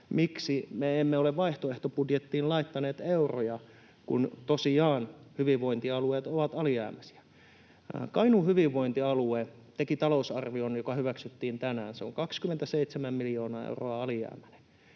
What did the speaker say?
miksi me emme ole vaihtoehtobudjettiin laittaneet euroja, kun tosiaan hyvinvointialueet ovat alijäämäisiä. Kainuun hyvinvointialue teki talousarvion, joka hyväksyttiin tänään. Se on 27 miljoonaa euroa alijäämäinen.